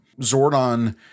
Zordon